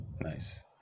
Nice